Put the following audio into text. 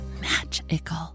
magical